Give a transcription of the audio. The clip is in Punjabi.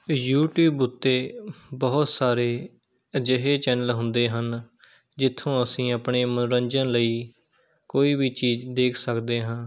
ਯੂਟਿਊਬ ਉੱਤੇ ਬਹੁਤ ਸਾਰੇ ਅਜਿਹੇ ਚੈਨਲ ਹੁੰਦੇ ਹਨ ਜਿੱਥੋਂ ਅਸੀਂ ਆਪਣੇ ਮਨੋਰੰਜਨ ਲਈ ਕੋਈ ਵੀ ਚੀਜ਼ ਦੇਖ ਸਕਦੇ ਹਾਂ